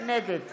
נגד